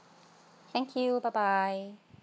thank you bye bye